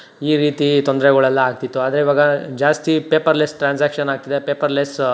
ಈ ರೀತಿ ತೊಂದರೆಗಳೆಲ್ಲಾ ಆಗ್ತಿತ್ತು ಆದರೆ ಇವಾಗ ಜಾಸ್ತಿ ಪೇಪರ್ಲೆಸ್ ಟ್ರಾನ್ಸ್ಯಾಕ್ಷನ್ ಆಗ್ತಿದೆ ಪೇಪರ್ಲೆಸ್